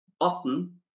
Often